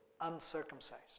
uncircumcised